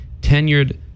tenured